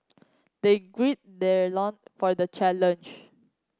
they gird their loin for the challenge